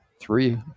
Three